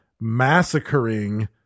massacring